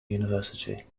university